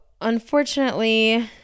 unfortunately